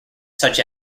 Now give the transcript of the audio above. such